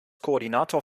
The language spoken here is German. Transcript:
koordinator